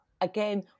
Again